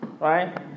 right